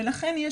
לכן,